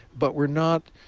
but we're not